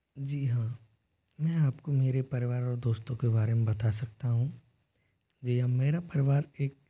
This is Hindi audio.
जी हाँ मैं आप को मेरे परिवार और दोस्तों के बारे में बता सकता हूँ जी हाँ मेरा परिवार एक